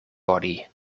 body